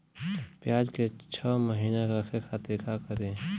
प्याज के छह महीना रखे खातिर का करी?